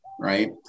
right